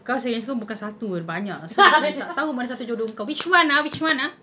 kau secondary school bukan satu banyak so aku tak tahu mana satu jodoh kau which one ah which one ah